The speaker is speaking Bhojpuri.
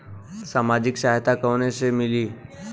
सामाजिक सहायता कहवा से मिली?